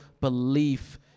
belief